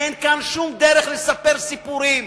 אין כאן שום דרך לספר סיפורים,